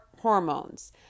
hormones